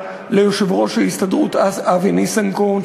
ליושב-ראש ההסתדרות אבי ניסנקורן,